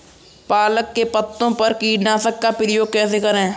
पालक के पत्तों पर कीटनाशक का प्रयोग कैसे करें?